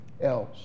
else